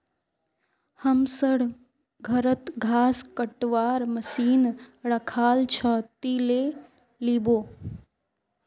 हमसर घरत घास कटवार मशीन रखाल छ, ती ले लिबो